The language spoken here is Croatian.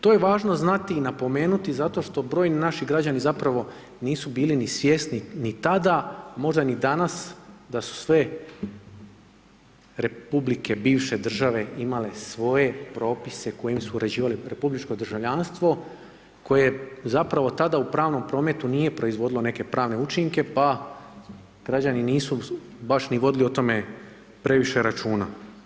To je važno znati i napomenuti zato što brojni naši građani zapravo nisu bili ni svjesni ni tada, možda ni danas da su sve republike bivše države imale svoje propise kojim su uređivale republičko državljanstvo koje zapravo tada u pravnom prometu nije proizvodilo neke pravne učinke pa građani nisu baš ni vodili o tome previše računa.